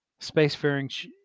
spacefaring